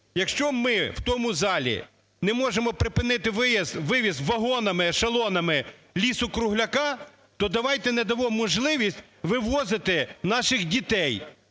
Якщо ми в тому залі не можемо припинити вивіз вагонами, ешелонами лісу-кругляку, то давайте не дамо можливість вивозити наших дітей,